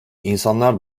i̇nsanlar